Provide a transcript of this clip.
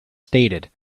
stated